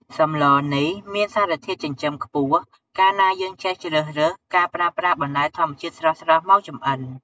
សម្លនេះមានសារធាតុចិញ្ចឹមខ្ពស់កាលណាយើងចេះជ្រើសរើសការប្រើប្រាស់បន្លែធម្មជាតិស្រស់ៗមកចម្អិន។